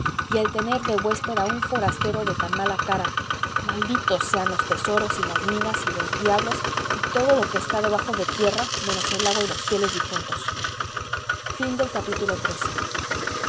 y el tener de huésped a un forastero de tan mala cara malditos sean los tesoros y las minas y los diablos y todo lo que está debajo de tierra menos el agua y los fieles difuntos xiv